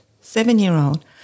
seven-year-old